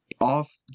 off